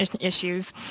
issues